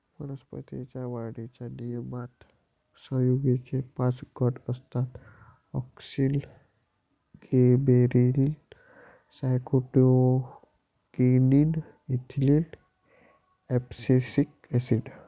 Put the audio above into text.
वनस्पतीं च्या वाढीच्या नियमनात संयुगेचे पाच गट असतातः auxin, gibberellin, cytokinin, ethylene, abscisic acid